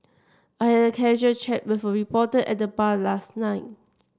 I had a casual chat with a reporter at the bar last night